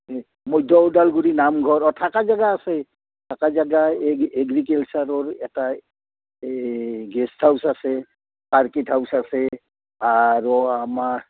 মধ্য উদালগুৰি নামঘৰ আৰু থাকা জেগা আছে থাকা জেগা এই এগ্ৰিকালচাৰৰ এটা এই গেষ্ট হাউচ আছে ছাৰ্কিট হাউচ আছে আৰু আমাৰ